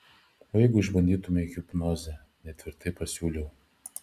o jeigu išbandytumei hipnozę netvirtai pasiūliau